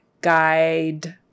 Guide